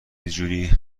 جوری